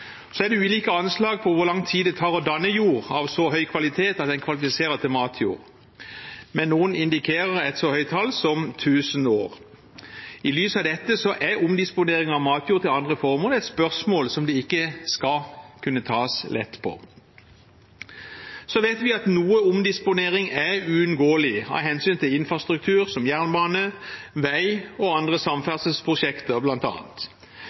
er ulike anslag på hvor lang tid det tar å danne jord av så høy kvalitet at den kvalifiserer til matjord, men noen indikerer et så høyt tall som tusen år. I lys av dette er omdisponering av matjord til andre formål et spørsmål som det ikke skal tas lett på. Så vet vi at noe omdisponering er uunngåelig av hensyn til infrastruktur, som jernbane, vei, og andre